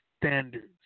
standards